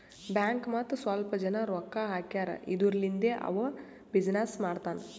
bank ಮತ್ತ ಸ್ವಲ್ಪ ಜನ ರೊಕ್ಕಾ ಹಾಕ್ಯಾರ್ ಇದುರ್ಲಿಂದೇ ಅವಾ ಬಿಸಿನ್ನೆಸ್ ಮಾಡ್ತಾನ್